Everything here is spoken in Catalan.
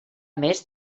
més